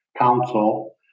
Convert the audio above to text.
council